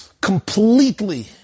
completely